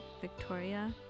Victoria